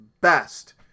best